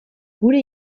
gure